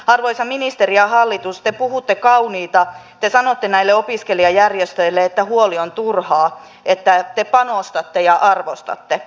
arvoisa ministeri ja hallitus te puhutte kauniita te sanotte näille opiskelijajärjestöille että huoli on turhaa että te panostatte ja arvostatte